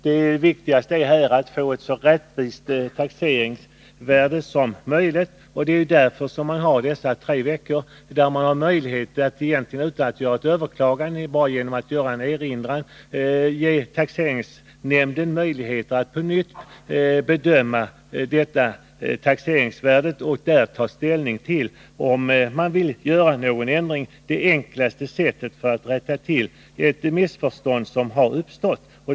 Det viktigaste här är att få ett så rättvist taxeringsvärde som möjligt, och det är därför stadgandet om att inom tre veckor göra erinran mot föreslaget taxeringsvärde nu är aktuellt. Man kan då utan egentligt överklagande och bara genom att göra en erinran ge taxeringsnämnden möjligheter att på nytt bedöma taxeringsvärdet och ta hänsyn till om det skall göras någon ändring. Det är enklaste sättet att rätta till ett missförstånd som uppstått.